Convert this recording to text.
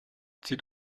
zieht